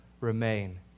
remain